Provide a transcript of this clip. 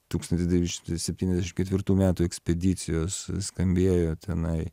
tūkstantis devyni šimtai septyniasdešimt ketvirtų metų ekspedicijos skambėjo tenai